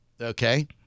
Okay